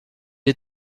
est